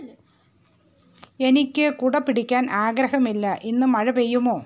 എനിക്ക് കുട പിടിക്കാൻ ആഗ്രഹമില്ല ഇന്ന് മഴ പെയ്യുമോ